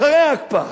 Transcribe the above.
אחרי ההקפאה,